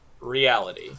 reality